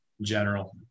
general